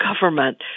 government